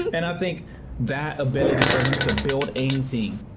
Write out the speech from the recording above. and i think that ability for him to build anything,